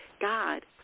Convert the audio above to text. God